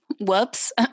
Whoops